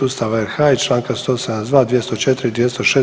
Ustava RH i Članka 172., 204. i 206.